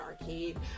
arcade